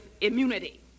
immunity